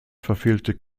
verfehlte